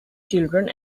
children